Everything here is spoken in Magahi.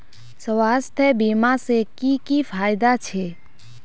स्वास्थ्य बीमा से की की फायदा छे?